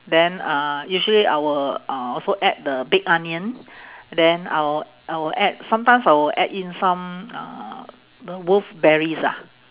then uh usually I will uh also add the big onion then I will I will add sometimes I will add in some uh w~ wolfberries ah